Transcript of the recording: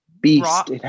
Beast